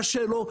קשה לו,